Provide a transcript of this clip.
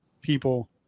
people